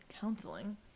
counseling